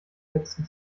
letzten